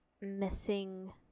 missing